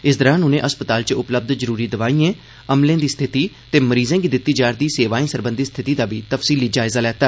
इस दौरान उनें अस्पताल च उपलब्ध जरूरी दवाईएं अमले दी स्थिति ते मरीजें गी दित्ती जा'रदी सेवाएं सरबंधी स्थिति दा तफ्सीली जायजा लैता